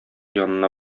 янына